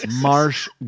Marsh